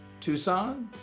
Tucson